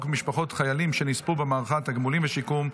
משפחות חיילים שנספו במערכה (תגמולים ושיקום)